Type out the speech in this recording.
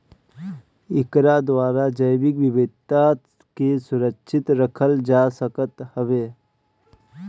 एकरा द्वारा जैविक विविधता के सुरक्षित रखल जा सकत हवे